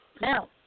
Now